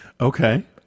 Okay